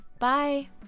Bye